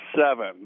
Seven